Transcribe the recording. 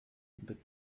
the